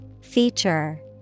Feature